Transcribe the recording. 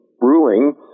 ruling